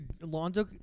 Lonzo